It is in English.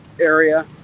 area